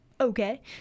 okay